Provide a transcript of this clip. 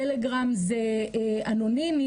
טלגרם זה אנונימי,